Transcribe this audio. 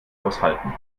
aushalten